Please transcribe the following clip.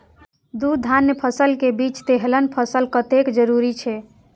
दू धान्य फसल के बीच तेलहन फसल कतेक जरूरी छे?